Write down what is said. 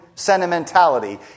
sentimentality